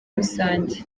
rusange